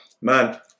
man